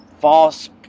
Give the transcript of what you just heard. false